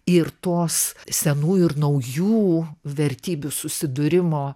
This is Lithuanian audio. ir tos senųjų ir naujų vertybių susidūrimo